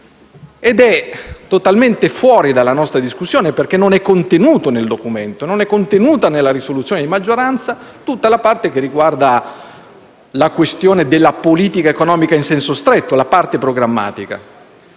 che è totalmente fuori dalla nostra discussione perché non è contenuto nel Documento; non è contenuta nella risoluzione di maggioranza tutta la parte che riguarda la questione della politica economica in senso stretto, la parte programmatica.